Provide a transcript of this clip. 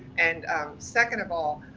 and second of all,